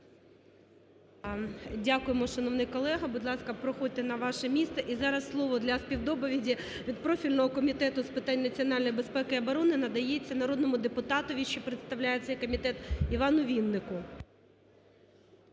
Дякуємо, шановний колега. Будь ласка, проходьте на ваше місце. І зараз слово для співдоповіді від профільного Комітету з питань національної безпеки і оборони надається народному депутатові, що представляє цей комітет, Івану Віннику.